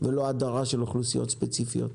ולא הדרה של אוכלוסיות ספציפיות.